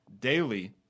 daily